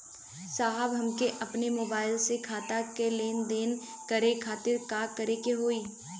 साहब हमके अपने मोबाइल से खाता के लेनदेन करे खातिर का करे के होई?